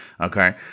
okay